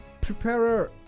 preparer